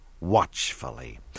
watchfully